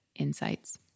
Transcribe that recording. insights